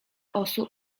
osób